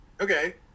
okay